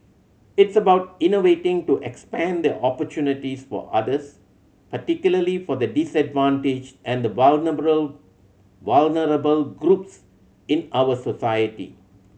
it's about innovating to expand the opportunities for others particularly for the disadvantaged and vulnerable vulnerable groups in our society